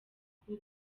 rw’u